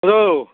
औ